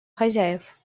хозяев